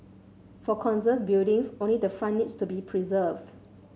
for conserved buildings only the front needs to be preserved